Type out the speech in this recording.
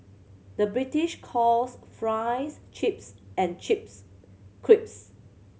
the British calls fries chips and chips crisps